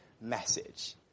message